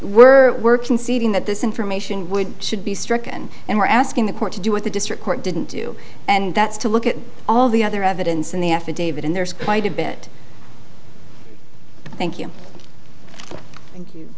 we're working seeding that this information would should be stricken and we're asking the court to do what the district court didn't do and that's to look at all the other evidence in the affidavit and there's quite a bit thank you thank you